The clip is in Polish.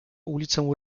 ulicę